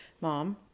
Mom